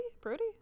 Brody